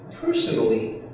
personally